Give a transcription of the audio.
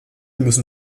müssen